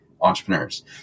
entrepreneurs